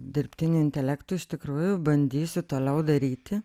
dirbtiniu intelektu iš tikrųjų bandysiu toliau daryti